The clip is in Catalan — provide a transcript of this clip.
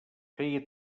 feia